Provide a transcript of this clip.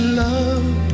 love